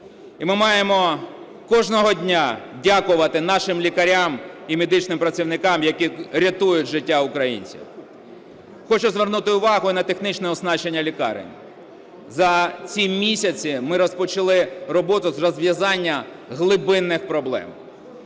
І ми маємо кожного дня дякувати нашим лікарям і медичним працівникам, які рятують життя українців. Хочу звернути увагу і на технічне оснащення лікарень. За ці місяці ми розпочали роботу з розв'язання глибинних проблем.